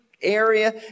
area